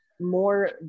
more